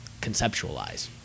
conceptualize